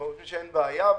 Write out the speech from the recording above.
אנחנו חושבים שאין בעיה.